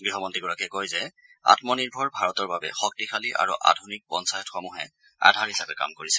গৃহমন্ত্ৰীগৰাকীয়ে কয় যে আমনিৰ্ভৰ ভাৰতৰ বাবে শক্তিশালী আৰু আধুনিক পঞ্চায়তসমূহে আধাৰ হিচাপে কাম কৰিছে